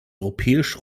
europäisch